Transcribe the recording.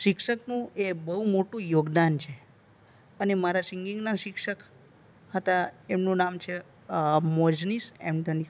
શિક્ષકનું એ બહુ મોટું યોગદાન છે અને મારા સિંગિંગના શિક્ષક હતા એમનું નામ છે મોરજનીસ એન્થની